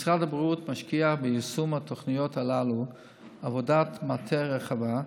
משרד הבריאות משקיע ביישום התוכניות הללו עבודת מטה רחבה,